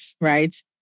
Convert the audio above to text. right